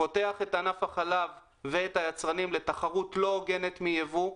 פותח את ענף החלב ואת היצרנים לתחרות לא הוגנת מייבוא,